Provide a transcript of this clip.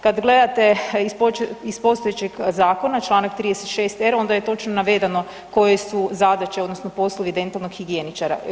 Kad gledate iz postojećeg zakona Članak 36r. onda je točno navedeno koje su zadaće odnosno poslovi dentalnog higijeničara.